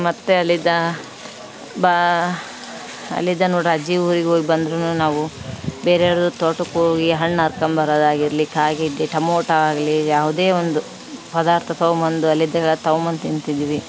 ಮತ್ತು ಅಲ್ಲಿದ್ದ ಬಾ ಅಲ್ಲಿದ್ದ ನೋಡ್ರಾ ಅಜ್ಜಿ ಊರಿಗೆ ಹೋಗಿ ಬಂದ್ರು ನಾವು ಬೇರೆಯವ್ರ ತೋಟಕ್ಕೆ ಹೋಗಿ ಹಣ್ಣು ಹರ್ಕೊಂಬರದಾಗಿರ್ಲಿ ಕಾಗಿದ್ದಿ ಟೊಮೊಟ ಆಗಲಿ ಯಾವುದೇ ಒಂದು ಪದಾರ್ಥ ತವ್ಬಂದು ಅಲ್ಲಿದಾಗ ತವ್ಬಂದು ತಿಂತಿದ್ವಿ